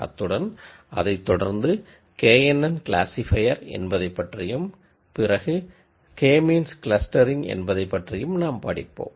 அத்துடன் அதைத்தொடர்ந்து K N N classifier என்பதைப் பற்றியும் பிறகு கே மீன்ஸ் கிளஸ்டரிங் என்பதைப் பற்றியும் நாம் படிப்போம்